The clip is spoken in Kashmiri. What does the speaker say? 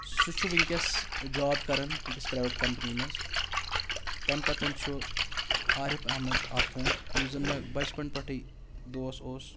سُہ چھُ وٕنۍکٮ۪س جاب کران أکِس پرٛیوٮ۪ٹ کمپٔنی منٛز تَمہِ پَتہٕ چھُ عارِف احمد آخوٗن یُس زَن مےٚ بچپَن پٮ۪ٹھٕے دوس اوس